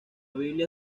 biblia